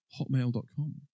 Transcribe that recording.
hotmail.com